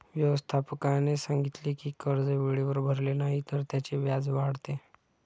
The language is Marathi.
व्यवस्थापकाने सांगितले की कर्ज वेळेवर भरले नाही तर त्याचे व्याज वाढते